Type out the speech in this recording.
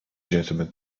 gentlemen